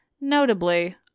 notably